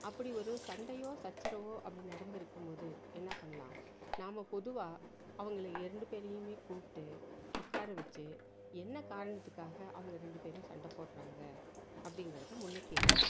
அப்படி ஒரு சண்டையோ சச்சரவோ அப்படி நடந்துருக்கும் போது என்ன பண்ணலாம் நாம் பொதுவாக அவங்களை இரண்டு பேரையுமே கூப்பிட்டு உட்கார வச்சு என்ன காரணத்துக்காக அவங்க ரெண்டு பேரும் சண்டை போடுறாங்க அப்படிங்கிறத முன்னர் கேட்கணும்